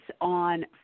on